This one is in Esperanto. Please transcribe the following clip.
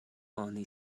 oni